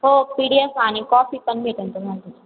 हो P D F आणि copy पण भेटेल तुम्हाला